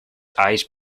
eyes